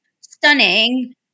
stunning